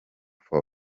for